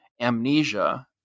amnesia